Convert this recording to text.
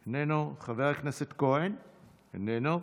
איננו, חבר הכנסת כהן איננו,